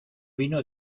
vino